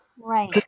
Right